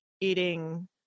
eating